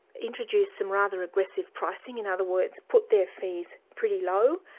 introduce some rather aggressive pricing, in other words, put their fees pretty low,